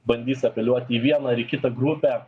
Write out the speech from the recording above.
bandys apeliuoti į vieną ar į kitą grupę